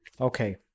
okay